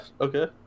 okay